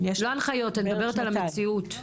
לא הנחיות, אני מדברת על המציאות.